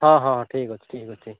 ହଁ ହଁ ଠିକ୍ ଅଛି ଠିକ୍ ଅଛି